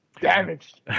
Damaged